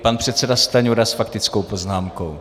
Pan předseda Stanjura s faktickou poznámkou.